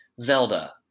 Zelda